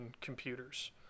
computers